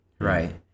right